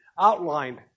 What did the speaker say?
outlined